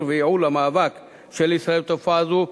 וייעול של המאבק של ישראל בתופעה זו,